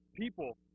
people